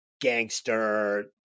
gangster